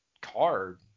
card